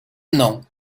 mną